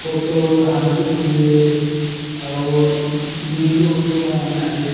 photo हल्दी के लिए और बिडियो उडियो बनाना है